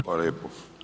Hvala lijepo.